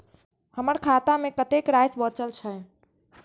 हमर खाता में कतेक राशि बचल छे?